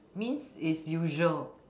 means is usual